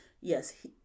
Yes